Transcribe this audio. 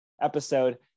episode